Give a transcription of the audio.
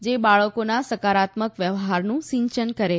જે બાળકોમાં સકારાત્મક વ્યવહારનું સિંયન કરે